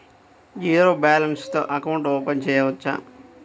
Zero balance తో account open చేయవచ్చు?